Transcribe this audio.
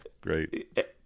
great